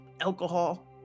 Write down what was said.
alcohol